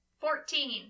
Fourteen